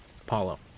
Apollo